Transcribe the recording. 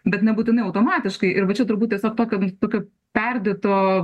bet nebūtinai automatiškai ir va čia turbūt tiesiog tokio tokio perdėto